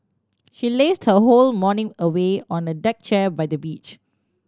she lazed her whole morning away on a deck chair by the beach